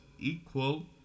equal